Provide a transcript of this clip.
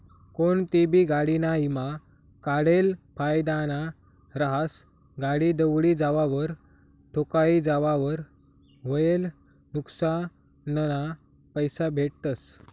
कोनतीबी गाडीना ईमा काढेल फायदाना रहास, गाडी दवडी जावावर, ठोकाई जावावर व्हयेल नुक्सानना पैसा भेटतस